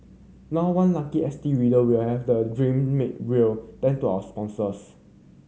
now one lucky S T reader will have that dream made real thanks to our sponsors